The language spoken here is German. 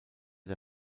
der